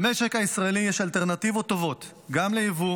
למשק הישראלי יש אלטרנטיבות טובות גם ליבוא